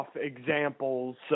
examples